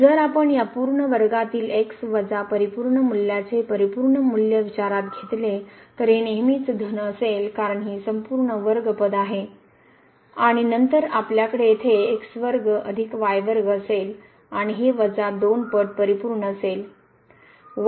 तर जर आपण या पूर्ण वर्गातील x वजा परिपूर्ण मूल्याचे परिपूर्ण मूल्य विचारात घेतले तर हे नेहमीच धन असेल कारण ही संपूर्ण वर्ग पद आहे आणि नंतर आपल्याकडे येथे x वर्ग अधिक y वर्ग असेल आणि हे वजा 2 पट परिपूर्ण असेल